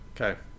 Okay